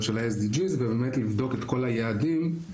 של ה-SDG ובאמת לבדוק את כל היעדים,